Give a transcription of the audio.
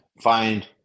find